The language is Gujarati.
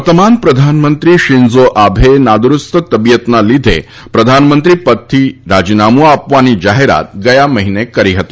વર્તમાન પ્રધાનમંત્રી શિન્ઝો આબેએ નાદુરૂસ્ત તબિયતના લીઘે પ્રધાનમંત્રી પદ પરથી રાજીનામું આપવાની જાહેરાત ગયા મહિને કરી હતી